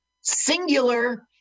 singular